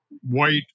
white